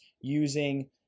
using